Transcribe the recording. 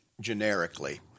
generically